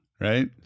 Right